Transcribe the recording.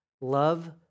Love